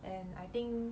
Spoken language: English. and I think